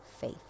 faith